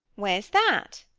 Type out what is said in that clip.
where's that?